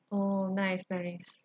oh nice nice